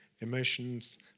emotions